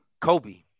Kobe